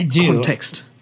context